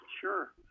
Sure